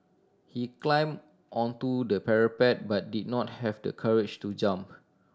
he climbed onto the parapet but did not have the courage to jump